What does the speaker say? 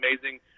amazing